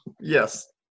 Yes